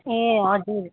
ए हजुर